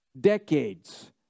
decades